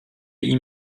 ihm